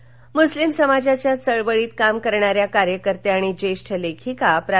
निधन कोल्हापर मुस्लिम समाजाच्या चळवळीत काम करणाऱ्या कार्यकर्त्या आणि ज्येष्ठ लेखिका प्रा